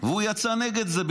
ויצא נגד זה?